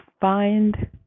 find